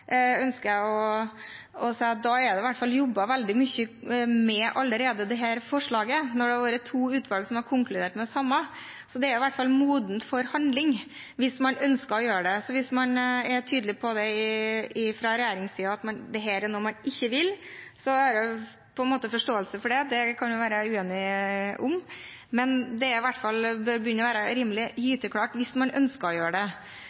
ønsker jeg å si at da er det i hvert fall jobbet veldig mye med dette forslaget allerede når det har vært to utvalg som har konkludert med det samme, så det er i hvert fall modent for handling hvis man ønsker å gjøre det. Hvis man er tydelig fra regjeringens side på at dette er noe man ikke vil, så har jeg på en måte forståelse for det, det kan vi være uenige om, men det begynner i hvert fall å være rimelig gyteklart hvis man ønsker å gjøre det.